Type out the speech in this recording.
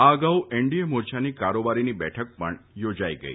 આ અગાઉ એનડીએ મોરચાની કારોબારીની બેઠક પણ યોજાઈ ગઈ